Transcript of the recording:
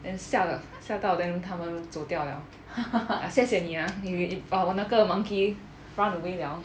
then 吓了吓到 then 他们走掉了 ah 谢谢你 ah 你你把我那个 monkey run away liao